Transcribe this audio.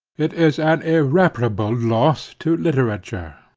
it is an irreparable loss to literature.